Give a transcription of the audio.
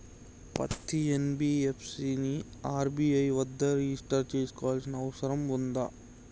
పత్తి ఎన్.బి.ఎఫ్.సి ని ఆర్.బి.ఐ వద్ద రిజిష్టర్ చేసుకోవాల్సిన అవసరం ఉందా?